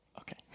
Okay